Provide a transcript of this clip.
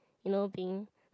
you know being